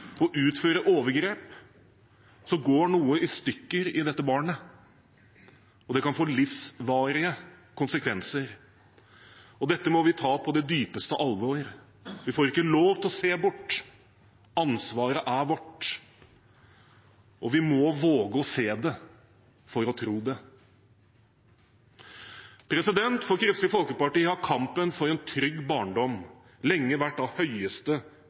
utføre overgrep, går noe i stykker i dette barnet, og det kan få livsvarige konsekvenser. Dette må vi ta på det dypeste alvor. Vi får ikke lov til å se bort. Ansvaret er vårt, og vi må våge å se det for å tro det. For Kristelig Folkeparti har kampen for en trygg barndom lenge vært av høyeste